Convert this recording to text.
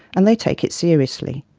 and they take it seriously.